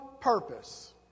purpose